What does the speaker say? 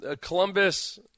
Columbus